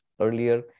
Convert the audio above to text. earlier